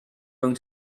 going